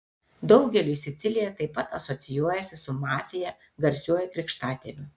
daugeliui sicilija taip pat asocijuojasi su mafija garsiuoju krikštatėviu